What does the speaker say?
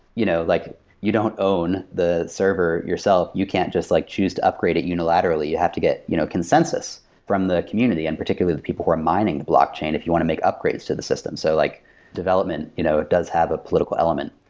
you know like you don't own the server yourself. you can't just like choose to upgrade it unilaterally. you have to get you know consensus from the community, and particularly the people who are mining the blockchain if you want to make upgrades to the system. so like development you know does have a political element.